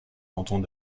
cantons